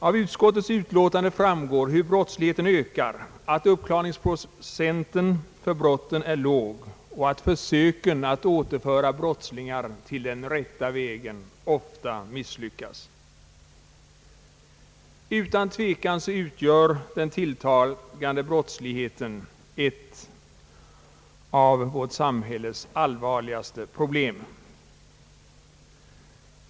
Av utskottets utlåtande framgår hur brottsligheten ökar, att uppklaringsprocenten för brotten är låg och att försöken att återföra broitslingar till den rätta vägen ofta misslyckas. Utan tvekan utgör den tilltagande brottsligheten ett av vårt samhälles allvarligaste problem.